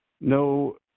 no